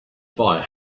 fire